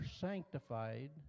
sanctified